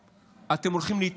זה עקרון הצנטריפוגה והכאוס.